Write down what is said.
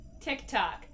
TikTok